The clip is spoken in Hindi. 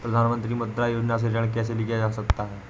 प्रधानमंत्री मुद्रा योजना से ऋण कैसे लिया जा सकता है?